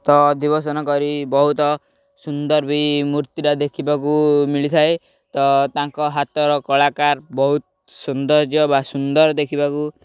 ତ ଅଧିବସନ କରି ବହୁତ ସୁନ୍ଦର ବି ମୂର୍ତ୍ତିଟା ଦେଖିବାକୁ ମିଳିଥାଏ ତ ତାଙ୍କ ହାତର କଳାକାର ବହୁତ ସୌନ୍ଦର୍ଯ୍ୟ ବା ସୁନ୍ଦର ଦେଖିବାକୁ